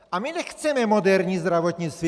A nechceme moderní zdravotnictví.